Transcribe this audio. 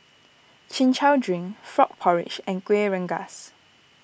Chin Chow Drink Frog Porridge and Kueh Rengas